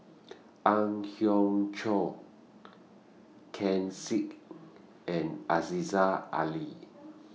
Ang Hiong Chiok Ken Seek and Aziza Ali